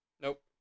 Nope